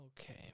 Okay